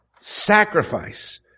sacrifice